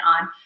on